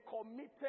committed